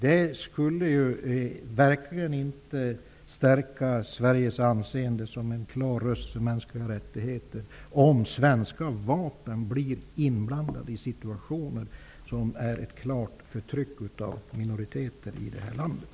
Det skulle verkligen inte stärka Sveriges anseende som en klar röst för mänskliga rättigheter, om svenska vapen blir inblandade i situationer med ett klart förtryck av minoriteter i det här landet.